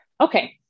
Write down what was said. Okay